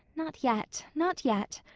not yet, not yet.